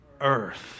earth